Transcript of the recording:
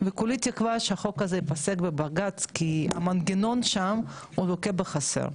וכולי תקווה שהחוק הזה ייפסל בבג"צ כי המנגנון שם לוקה בחסר.